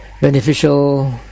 beneficial